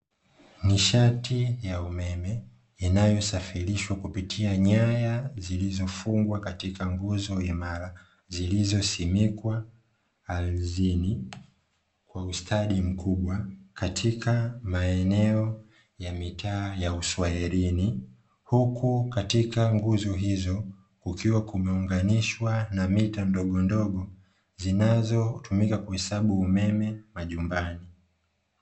Nishati ya umeme inayosafirishwa kupitia nyaya zilizofungwa katika nguzo imara, zilizosimikwa ardhini, kwa ustadi mkubwa, katika maeneo ya mitaa ya uswahilini, huku katika nguzo hizo, kukiwa kumeunganishwa na mita ndogondogo, zinazotumika kuhesabu umeme majumbani.